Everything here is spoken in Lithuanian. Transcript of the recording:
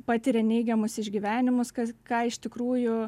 patiria neigiamus išgyvenimus kas ką iš tikrųjų